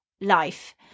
life